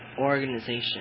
organization